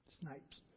snipes